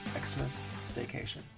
xmasstaycation